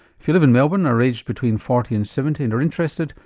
if you live in melbourne, are aged between forty and seventy and are interested,